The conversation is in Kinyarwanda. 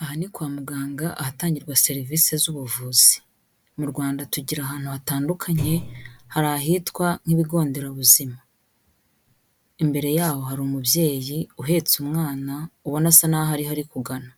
Aha ni kwa muganga ahatangirwa serivisi z'ubuvuzi. Mu Rwanda tugira ahantu hatandukanye hari ahitwa nk'ibigo nderabuzima, imbere yaho hari umubyeyi uhetse umwana, ubona asa naho ari ho ari kugana,